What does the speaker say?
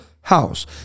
house